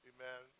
Amen